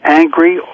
angry